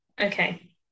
okay